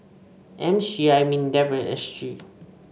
M C I Mindefand S C